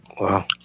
Wow